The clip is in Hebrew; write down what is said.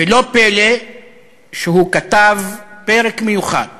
ולא פלא שהוא כתב פרק מיוחד